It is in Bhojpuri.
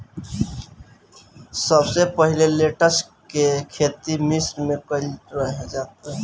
सबसे पहिले लेट्स के खेती मिश्र में कईल जात रहे